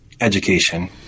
education